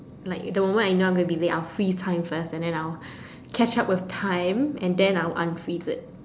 like the moment I know I'm going to be late I'll freeze time first and then I'll catch up with time and then I'll unfreeze it